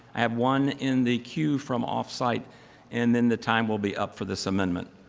i have one in the cue from off site and then the time will be up for this amendment.